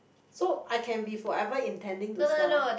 so I can be forever intending to sell